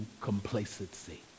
complacency